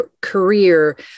career